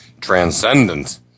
transcendent